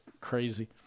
crazy